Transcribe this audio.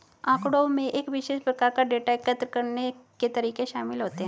आँकड़ों में एक विशेष प्रकार का डेटा एकत्र करने के तरीके शामिल होते हैं